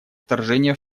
вторжение